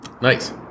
Nice